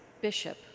Bishop